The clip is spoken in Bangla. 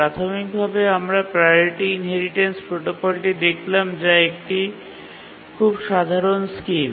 প্রাথমিকভাবে আমরা প্রাওরিটি ইনহেরিটেন্স প্রোটোকলটি দেখলাম যা একটি খুব সাধারণ স্কিম